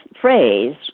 phrase